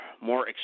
more